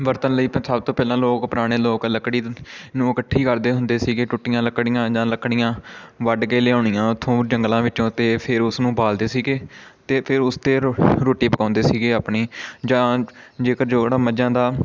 ਵਰਤਣ ਲਈ ਤਾਂ ਸਭ ਤੋਂ ਪਹਿਲਾਂ ਲੋਕ ਪੁਰਾਣੇ ਲੋਕ ਲੱਕੜੀ ਨੂੰ ਇਕੱਠੀ ਕਰਦੇ ਹੁੰਦੇ ਸੀਗੇ ਟੁੱਟੀਆਂ ਲੱਕੜੀਆਂ ਜਾਂ ਲੱਕੜੀਆਂ ਵੱਢ ਕੇ ਲਿਆਉਣੀਆਂ ਉੱਥੋਂ ਜੰਗਲਾਂ ਵਿੱਚੋਂ ਅਤੇ ਫਿਰ ਉਸ ਨੂੰ ਬਾਲਦੇ ਸੀਗੇ ਅਤੇ ਫਿਰ ਉਸ 'ਤੇ ਰੋ ਰੋਟੀ ਪਕਾਉਂਦੇ ਸੀਗੇ ਆਪਣੀ ਜਾਂ ਜੇਕਰ ਜਿਹੜਾ ਮੱਝਾਂ ਦਾ